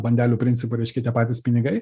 bandelių principo reiškia tie patys pinigai